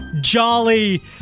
jolly